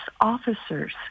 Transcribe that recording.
officers